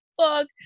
fuck